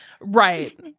Right